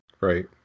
right